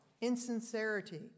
insincerity